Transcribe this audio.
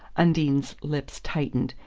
undine's lips tightened,